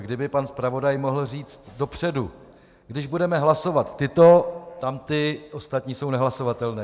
Kdyby pan zpravodaj mohl říct dopředu když budeme hlasovat tyto, tamty ostatní jsou nehlasovatelné.